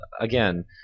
again